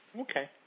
Okay